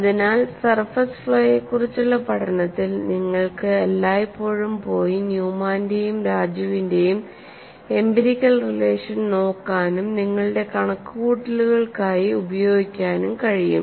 അതിനാൽ സർഫസ് ഫ്ലോയെക്കുറിച്ചുള്ള പഠനത്തിൽ നിങ്ങൾക്ക് എല്ലായ്പ്പോഴും പോയി ന്യൂമാന്റെയും രാജുവിന്റെയും എംപിരിക്കൽ റിലേഷൻ നോക്കാനും നിങ്ങളുടെ കണക്കുകൂട്ടലുകൾക്കായി ഉപയോഗിക്കാനും കഴിയും